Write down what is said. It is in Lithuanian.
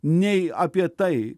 nei apie tai